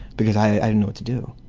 because i didn't know what to do.